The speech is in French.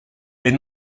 est